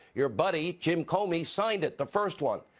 your buddy jim comey signed it, the first one.